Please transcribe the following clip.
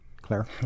Claire